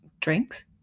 drinks